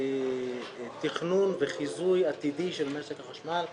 תכנון וחיזוי עתידי של משק החשמל,